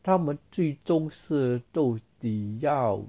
他们最终是到底要